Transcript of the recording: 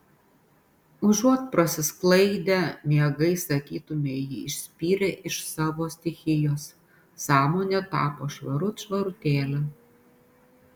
užuot prasisklaidę miegai sakytumei jį išspyrė iš savo stichijos sąmonė tapo švarut švarutėlė